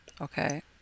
Okay